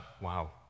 Wow